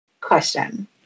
question